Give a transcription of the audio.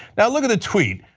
yeah look at the tweet.